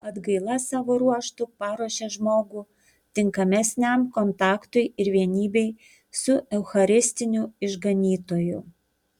atgaila savo ruožtu paruošia žmogų tinkamesniam kontaktui ir vienybei su eucharistiniu išganytoju